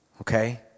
okay